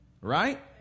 Right